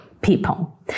people